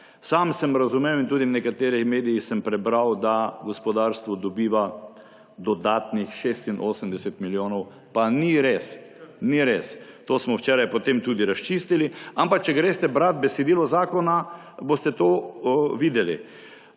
Sam sem razumel in tudi v nekaterih medijih sem prebral, da gospodarstvo dobiva dodatnih 86 milijonov. Pa ni res. Ni res. To smo včeraj potem tudi razčistili. Ampak če boste brali besedilo zakona, boste to videli.